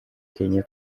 kenya